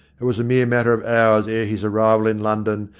it was a mere matter of hours ere his arrival in london,